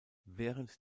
während